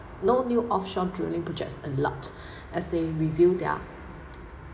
no new offshore drilling projects allowed as they reveal their